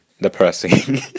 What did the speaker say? depressing